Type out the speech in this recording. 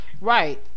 Right